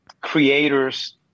creators